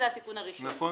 זה התיקון הראשון,